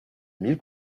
mille